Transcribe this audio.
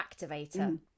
activator